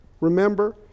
remember